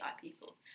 people